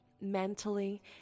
mentally